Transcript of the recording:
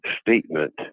statement